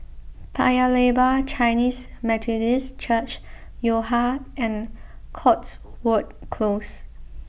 Paya Lebar Chinese Methodist Church Yo Ha and Cotswold Close